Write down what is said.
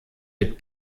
mit